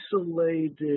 isolated